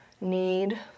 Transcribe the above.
need